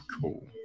cool